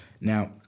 Now